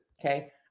Okay